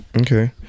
Okay